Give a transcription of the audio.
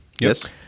Yes